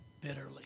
bitterly